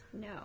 No